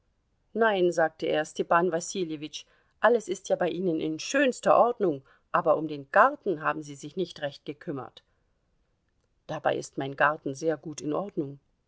nein sagte er stepan wasiljewitsch alles ist ja bei ihnen in schönster ordnung aber um den garten haben sie sich nicht recht gekümmert dabei ist mein garten sehr gut in ordnung